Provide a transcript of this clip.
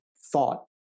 thought